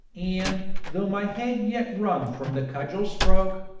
and, though my head yet rung from the cudgel-stroke,